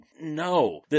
no